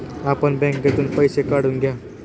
आपण बँकेतून पैसे काढून घ्या